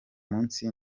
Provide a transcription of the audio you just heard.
munsi